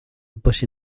but